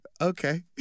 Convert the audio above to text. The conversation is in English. okay